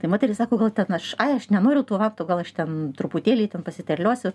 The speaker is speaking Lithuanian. tai moterys sako gal ten aš ai aš nenoriu tų vantų gal aš ten truputėlį ten pasiterliosiu